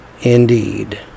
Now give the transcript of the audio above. indeed